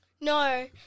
No